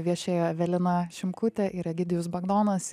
viešėjo evelina šimkutė ir egidijus bagdonas